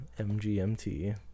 MGMT